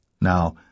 Now